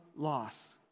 loss